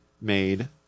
made